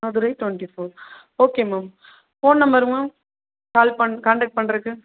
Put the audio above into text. Madurai twenty four okay ma'am phone number ma'am call பண் contact பண்றதுக்கு